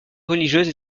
religieuse